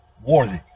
worthy